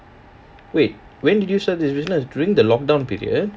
wait when did you start this business during the lockdown period